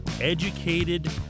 educated